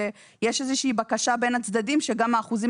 יש איזה שהיא בקשה בין הצדדים שגם האחוזים